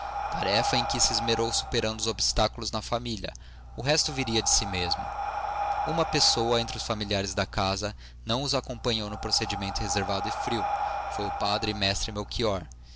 tarefa em que se esmerou superando os obstáculos na família o resto viria de si mesmo uma pessoa entre os familiares da casa não os acompanhou no procedimento reservado e frio foi o padre mestre melchior